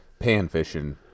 panfishing